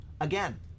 again